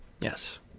Yes